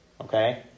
okay